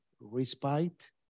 respite